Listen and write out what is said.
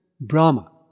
Brahma